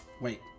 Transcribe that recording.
Wait